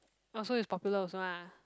oh so it's popular also ah